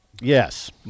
Yes